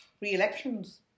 Re-elections